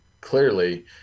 clearly